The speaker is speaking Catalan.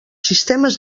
sistemes